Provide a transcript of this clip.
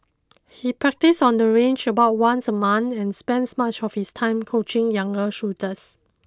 he practises on the range about once a month and spends much of his time coaching younger shooters